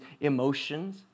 emotions